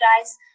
guys